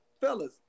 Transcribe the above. fellas